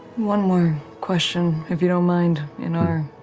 one more question, if you don't mind, in our